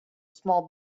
small